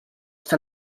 està